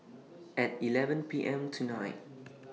At eleven P M tonight